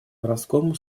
вронскому